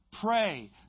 Pray